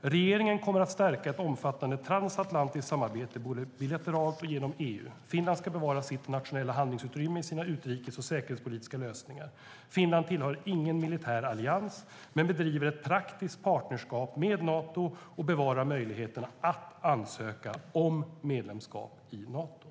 "Regeringen kommer att stärka ett omfattande transatlantiskt samarbete, både bilateralt och genom EU. Finland ska bevara sitt nationella handlingsutrymme i sina utrikes och säkerhetspolitiska lösningar. Finland tillhör ingen militär allians, men bedriver ett praktiskt partnerskap med Nato och bevarar möjligheten att ansöka om medlemskap i Nato."